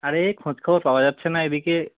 আরে খোঁজ খবর পাওয়া যাচ্ছে না এদিকে